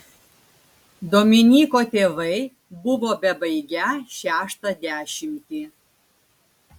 dominyko tėvai buvo bebaigią šeštą dešimtį